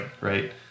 Right